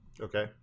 Okay